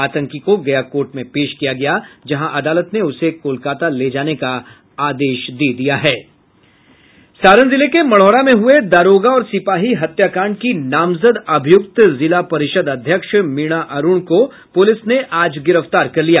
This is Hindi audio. आतंकी को गया कोर्ट में पेश किया गया जहां अदालत ने उसे कोलकाता ले जाने का आदेश दे दिया है सारण जिले के मढ़ौरा में हुए दारोगा और सिपाही हत्याकांड की नामजद अभियुक्त जिला परिषद् अध्यक्ष मीणा अरूण को पुलिस ने आज गिरफ्तार कर लिया